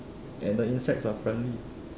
and the insects are friendly